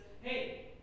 hey